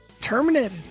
terminated